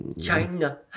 China